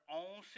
own